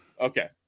okay